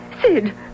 Sid